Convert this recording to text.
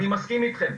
ואני מסכים איתכם,